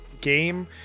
game